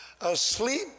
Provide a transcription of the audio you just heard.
ASLEEP